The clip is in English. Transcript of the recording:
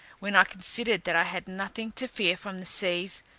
when i considered that i had nothing to fear from the seas,